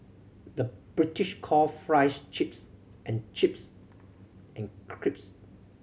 the British call fries chips and chips and crisps